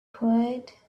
quiet